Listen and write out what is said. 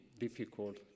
difficult